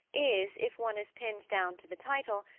is, if one is pinned down to the title,